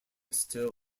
still